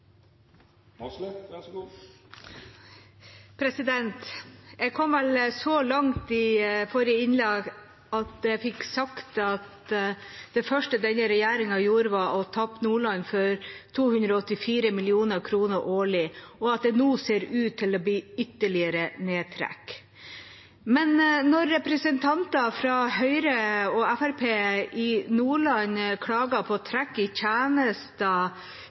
kom vel så langt i forrige innlegg at jeg fikk sagt at det første denne regjeringa gjorde, var å tappe Nordland for 284 mill. kr årlig, og at det nå ser ut til å bli ytterligere nedtrekk. Når representanter fra Høyre og Fremskrittspartiet i Nordland klager på